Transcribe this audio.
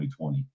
2020